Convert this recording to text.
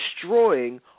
destroying